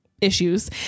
issues